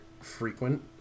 frequent